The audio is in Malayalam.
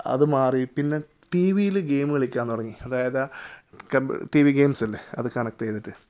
അത് മാറി പിന്നെ ടി വിയിൽ ഗെയിം കളിക്കാൻ തുടങ്ങി അതായത് കമ്പ്യൂട് ടി വി ഗെയിംസ് ഇല്ലേ അത് കണക്റ്റ് ചെയ്തിട്ട്